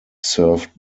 served